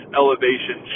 elevation